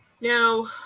Now